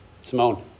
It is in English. Simone